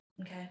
Okay